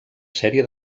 sèrie